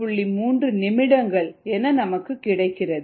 3 நிமிடங்கள் என நமக்கு கிடைக்கிறது